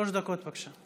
שלוש דקות, בבקשה.